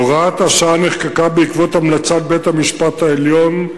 הוראת השעה נחקקה בעקבות המלצת בית-המשפט העליון,